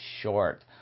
short